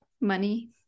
money